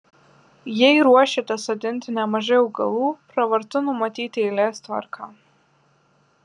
jei ruošiatės sodinti nemažai augalų pravartu numatyti eilės tvarką